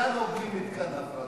במתקן או בלי מתקן הפרדה?